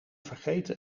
vergeten